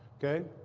ok?